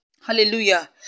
Hallelujah